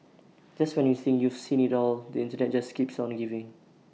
just when you think you've seen IT all the Internet just keeps on giving